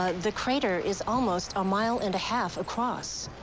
ah the crater is almost a mile and a half across.